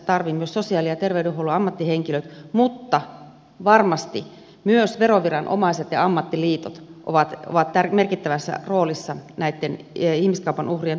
myös sosiaali ja terveydenhuollon ammattihenkilöt mutta varmasti myös veroviranomaiset ja ammattiliitot ovat merkittävässä roolissa näitten ihmiskaupan uh rien tunnistamisessa